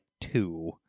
two